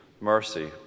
mercy